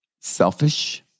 Selfish